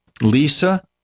Lisa